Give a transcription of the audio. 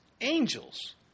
angels